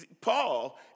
Paul